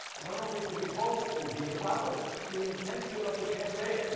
and i don't mean to be boastful here. but that was the intention of the campaign.